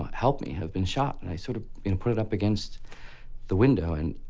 help me, i've been shot. and i sort of put it up against the window and.